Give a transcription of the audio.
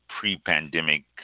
pre-pandemic